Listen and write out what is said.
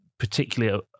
particularly